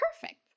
Perfect